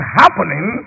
happening